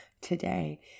today